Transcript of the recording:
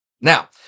Now